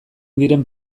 diren